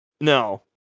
no